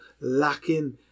lacking